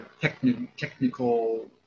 technical